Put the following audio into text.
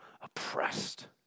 oppressed